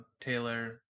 Taylor